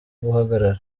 guhagarara